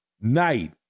night